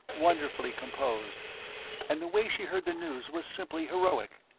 wonderfully composed and the way she heard the news was simply heroic.